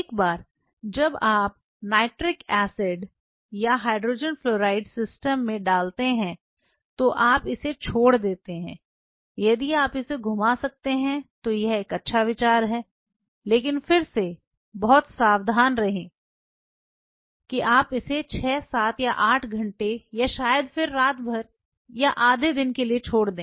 एक बार जब आप नाइट्रिक एसिड या हाइड्रोजन फ्लोराइड सिस्टम में डालते हैं तो आप इसे छोड़ देते हैं यदि आप इसे घुमा सकते हैं तो यह एक अच्छा विचार है लेकिन फिर से बहुत सावधान रहें कि आप इसे 6 7 8 घंटे या शायद फिर से रात भर या आधे दिन के लिए छोड़ दें